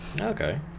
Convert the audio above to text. okay